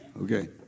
Okay